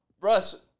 Russ